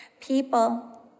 People